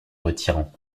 retirant